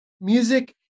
music